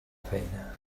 feina